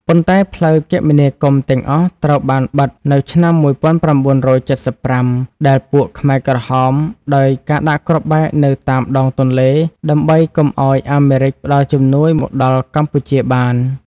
ប៉ុន្តែផ្លូវគមនាគមន៍ទាំងអស់ត្រូវបានបិទនៅឆ្នាំ ១៩៧៥ ដែលពួកខ្មែរក្រហមដោយការដាក់គ្រាប់បែកនៅតាមដងទន្លេ ដើម្បីកុំឲ្យអាមេរិកផ្តល់ជំនួយមកដល់កម្ពុជាបាន។